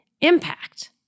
impact